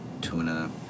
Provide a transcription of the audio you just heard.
tuna